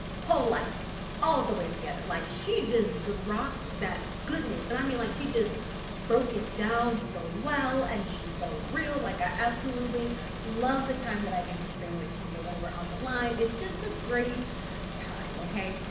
whole life all the way together. like she just dropped that goodness. and i mean like she just broke it down so well and she's so real. like i absolutely love the time that i get to spend with kendall when we're on the line. it's just a great time. okay?